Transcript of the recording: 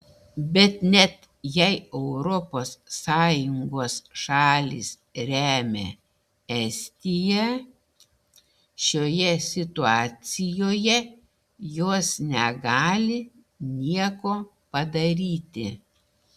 bet net jei europos sąjungos šalys remia estiją šioje situacijoje jos negali nieko padaryti